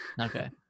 Okay